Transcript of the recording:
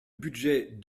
budget